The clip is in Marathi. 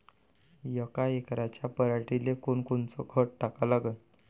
यका एकराच्या पराटीले कोनकोनचं खत टाका लागन?